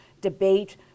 debate